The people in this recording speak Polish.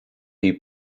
jej